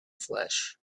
flesh